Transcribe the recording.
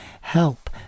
help